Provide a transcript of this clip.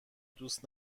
دوست